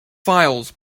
files